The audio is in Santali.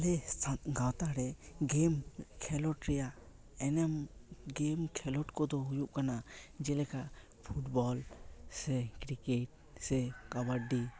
ᱟᱞᱮ ᱜᱟᱶᱛᱟ ᱨᱮ ᱜᱮᱢ ᱠᱷᱮᱞᱳᱰ ᱨᱮᱭᱟᱜ ᱮᱱᱮᱢ ᱜᱮᱢ ᱠᱷᱮᱞᱳᱰ ᱠᱚᱫᱚ ᱦᱩᱭᱩᱜ ᱠᱟᱱᱟ ᱡᱮᱞᱮᱠᱟ ᱯᱷᱩᱴᱵᱚᱞ ᱥᱮ ᱠᱨᱤᱠᱮᱴ ᱥᱮ ᱠᱟᱵᱟᱰᱤ